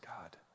God